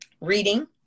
reading